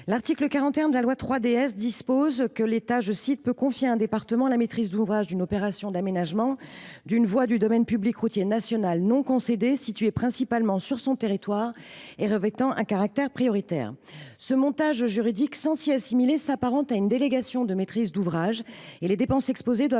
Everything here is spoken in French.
l’article 41 de la loi 3DS, l’État peut confier à un département la maîtrise d’ouvrage d’une opération d’aménagement d’une voie du domaine public routier national non concédé située principalement sur son territoire et revêtant un caractère prioritaire. Ce montage juridique, sans s’y assimiler, s’apparente à une délégation de maîtrise d’ouvrage et les dépenses exposées doivent